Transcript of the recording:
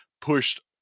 pushed